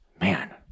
man